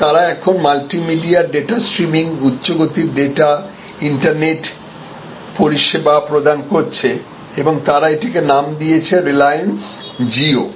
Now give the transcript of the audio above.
তবে তারা এখন মাল্টিমেডিয়া ডেটা স্ট্রিমিং উচ্চ গতির ডেটা ইন্টারনেট পরিষেবা প্রদান করছে এবং তারা এটিকে নাম দিয়েছে রিলায়েন্স জিও